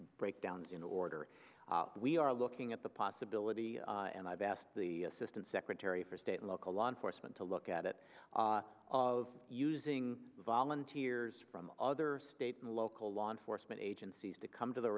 breakdowns in order we are looking at the possibility and i've asked the assistant secretary for state local law enforcement to look at it of using volunteers from other state and local law enforcement agencies to come to the